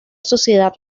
sociedad